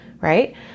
right